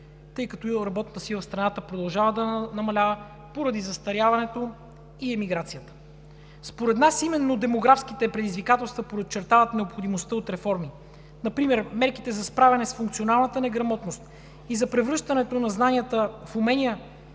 тъй като и работната сила в страната продължава да намалява поради застаряването и емиграцията? Според нас именно демографските предизвикателства подчертават необходимостта от реформи. Например мерките за справяне с функционалната неграмотност и за превръщането на знанията в умения,